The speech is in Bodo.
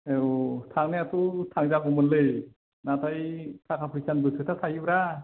औ औ थांनायाथ' थांजागौमोनलै नाथाय थाखा फैसानिबो खोथा थायो ब्रा